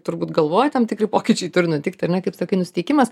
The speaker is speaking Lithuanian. turbūt galvoji tam tikri pokyčiai turi nutikt ar ne kaip sakai nusiteikimas